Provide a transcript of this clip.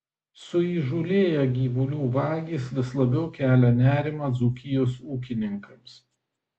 suįžūlėję gyvulių vagys vis labiau kelia nerimą dzūkijos ūkininkams